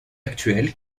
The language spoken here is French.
actuel